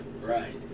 Right